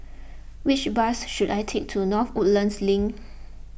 which bus should I take to North Woodlands Link